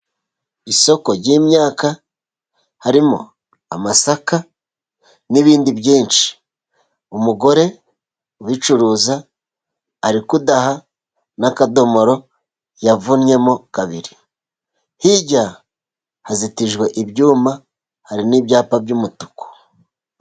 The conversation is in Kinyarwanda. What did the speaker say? Isoko ry'imyaka, harimo amasaka, n'ibindi byinshi. Umugore ubicuruza ari kudaha n'akadomoro yavunnyemo kabiri, hirya hazitijwe ibyuma, hari n'ibyapa by'umutuku.